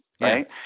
Right